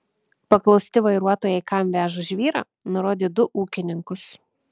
paklausti vairuotojai kam veža žvyrą nurodė du ūkininkus